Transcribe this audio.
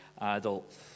adults